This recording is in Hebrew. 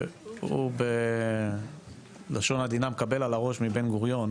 והוא, בלשון עדינה, מקבל על הראש מבן-גוריון,